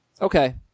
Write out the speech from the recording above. Okay